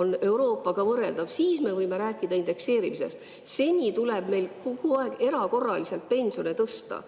on Euroopaga võrreldav. Siis me võime rääkida indekseerimisest. Seni tuleb meil kogu aeg erakorraliselt pensione tõsta